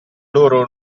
loro